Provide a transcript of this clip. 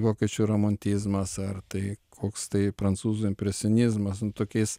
vokiečių romantizmas ar tai koks tai prancūzų impresionizmas nu tokiais